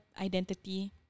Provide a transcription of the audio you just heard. identity